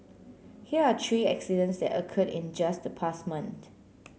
here are tree accidents that occurred in just the past month